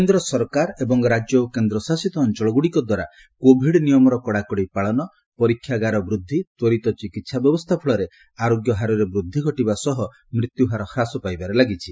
କେନ୍ଦ୍ର ସରକାର ଏବଂ ରାଜ୍ୟ ଓ କେନ୍ଦ୍ରଶାସିତ ଅଞ୍ଚଳଗୁଡ଼ିକ ଦ୍ୱାରା କୋଭିଡ୍ ନିୟମର କଡ଼ାକଡ଼ି ପାଳନ ପରୀକ୍ଷାଗାର ବୃଦ୍ଧି ତ୍ୱରିତ ଚିକିତ୍ସା ବ୍ୟବସ୍ଥା ଫଳରେ ଆରୋଗ୍ୟ ହାରରେ ବୃଦ୍ଧି ଘଟିବା ସହ ମୃତ୍ୟୁହାର ହ୍ରାସ ପାଇବାରେ ଲାଗିଛି